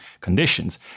conditions